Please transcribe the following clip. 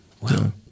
Wow